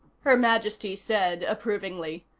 her majesty said approvingly.